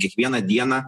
kiekvieną dieną